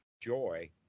joy